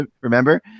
Remember